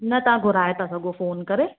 न तव्हां घुराय था सघो फ़ोन करे